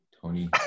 Tony